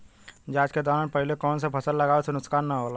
जाँच के दौरान पहिले कौन से फसल लगावे से नुकसान न होला?